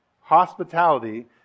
hospitality